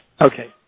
Okay